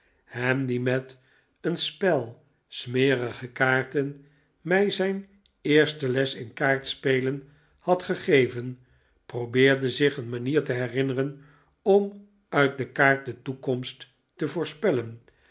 ham die met een spel smerige kaarten mij mijn eerste les in kaartspelen had gegeven probeerde zich een manier te herinneren om uit de kaart de toekomst te voorspellen